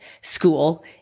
school